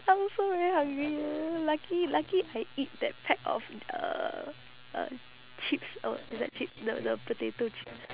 I'm also very hungry eh lucky lucky I eat that pack of uh uh chips uh is that chips the the potato chips